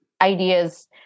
ideas